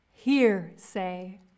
hearsay